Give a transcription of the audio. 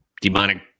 demonic